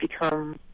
become